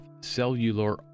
Cellular